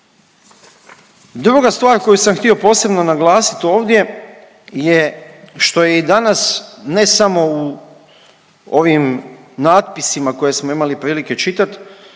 Druga stvar koju sam htio posebno naglasiti ovdje je što je i danas ne samo u ovim natpisima koje smo imali prilike čitati,